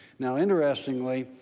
now, interestingly,